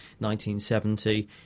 1970